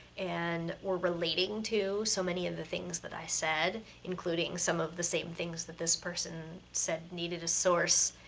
and were relating to so many of the things that i said, including some of the same things that this person said needed a source.